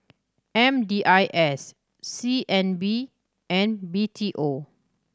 M D I S C N B and B T O